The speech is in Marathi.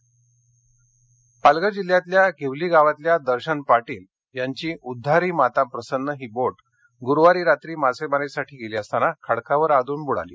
अपघात् पालघर जिल्ह्यातल्या घिवली गावातल्या दर्शन पाटील ह्यांची उद्वारी माता प्रसन्नही बोट गुरुवारी रात्री मासम्प्री साठी गत्ती असताना खडकावर आदळून बुडाली